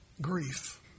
grief